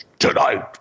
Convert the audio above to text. Tonight